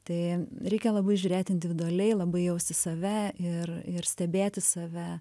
tai reikia labai žiūrėt individualiai labai jausti save ir ir stebėti save